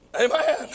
Amen